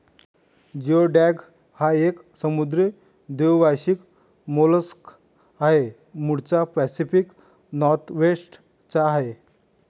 geoduck हा एक समुद्री द्वैवार्षिक मोलस्क आहे, मूळचा पॅसिफिक नॉर्थवेस्ट चा आहे